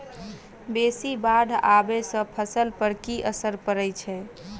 बेसी बाढ़ आबै सँ फसल पर की असर परै छै?